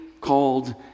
called